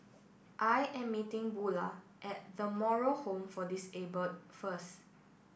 I am meeting Bulah at The Moral Home for Disabled first